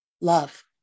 love